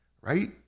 right